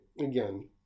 again